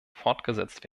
fortgesetzt